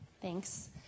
Thanks